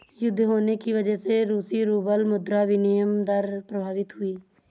युद्ध होने की वजह से रूसी रूबल मुद्रा विनिमय दर प्रभावित हुई